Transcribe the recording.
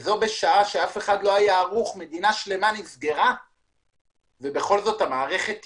זו בשעה שאף אחד לא היה ערוך ומדינה שלמה נסגרה ובכל זאת המערכת תפקדה.